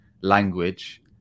language